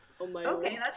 okay